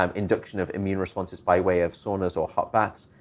um induction of immune responses by way of saunas or hot baths,